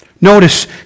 Notice